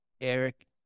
Eric